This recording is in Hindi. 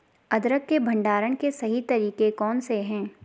अदरक के भंडारण के सही तरीके कौन से हैं?